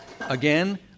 Again